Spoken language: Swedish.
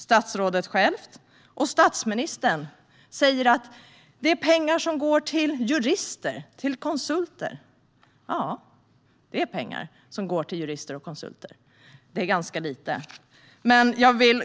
Statsrådet Regnér själv och statsministern säger att pengar går till jurister och konsulter. Ja, det går pengar till jurister och konsulter, men det handlar om ganska lite.